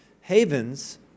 havens